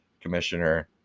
commissioner